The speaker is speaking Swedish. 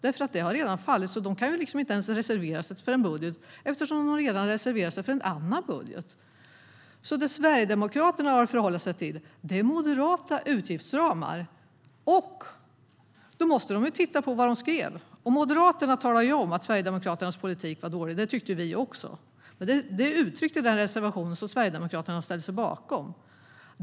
Det har redan fallit, så de kan inte ens reservera sig för en budget, eftersom de redan har reserverat sig för en annan budget. Det Sverigedemokraterna har att förhålla sig till är moderata utgiftsramar. Då måste de titta på vad Moderaterna skrev. Moderaterna talade om att Sverigedemokraternas politik var dålig. Det tyckte vi också. Det uttrycks i den reservation som Sverigedemokraterna ställde sig bakom.